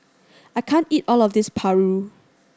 I can't eat all of this paru